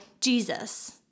Jesus